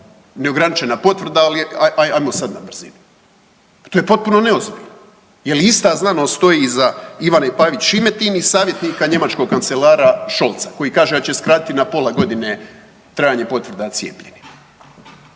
neograničena potvrda ali je, ajmo sad na brzinu. Pa to je potpuno neozbiljno. Jel ista znanost stoji iza Ivane Pavić Šimetin i savjetnika njemačkog kancelara Scholza koji kaže da će skratiti na pola godine trajanje potvrde cijepljenima.